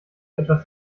etwas